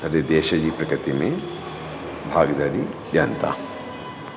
सॼे देश जी प्रकृतीअ में भागीदारी ॾियनि था